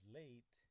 late